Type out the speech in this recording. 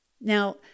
Now